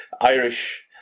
Irish